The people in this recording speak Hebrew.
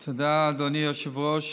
תודה, אדוני היושב-ראש.